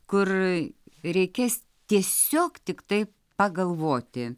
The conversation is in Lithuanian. kur reikės tiesiog tiktai pagalvoti